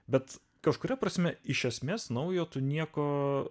bet kažkuria prasme iš esmės naujo tu nieko